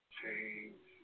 change